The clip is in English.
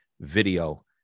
video